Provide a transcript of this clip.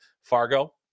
Fargo